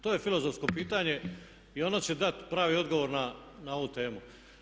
To je filozofsko pitanje i ono će dat pravi odgovor na ovu temu.